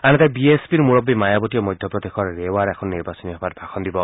আনহাতে বিএছপিৰ মুৰববী মায়াৰতীয়ে মধ্য প্ৰদেশৰ ৰেৱাৰ এখন নিৰ্বাচনী সভাত ভাষণ দিব